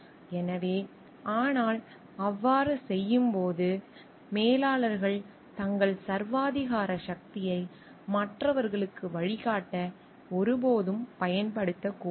எனவே ஆனால் அவ்வாறு செய்யும்போது மேலாளர்கள் தங்கள் சர்வாதிகார சக்தியை மற்றவர்களுக்கு வழிகாட்ட ஒருபோதும் பயன்படுத்தக்கூடாது